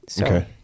Okay